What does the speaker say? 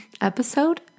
episode